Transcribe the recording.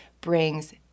brings